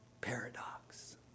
paradox